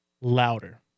louder